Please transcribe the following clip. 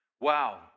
Wow